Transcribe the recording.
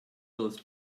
those